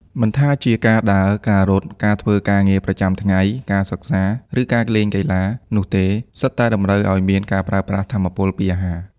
មិនថាជា ការដើរ ការរត់ ការធ្វើការងារ ប្រចាំថ្ងៃ ការសិក្សា ឬ ការលេងកីឡា នោះទេ សុទ្ធតែតម្រូវឱ្យមានការប្រើប្រាស់ថាមពលពីអាហារ។